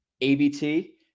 ABT